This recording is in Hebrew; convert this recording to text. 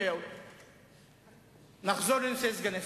כי אנחנו מנהלים קרב בלימה נגד המדיניות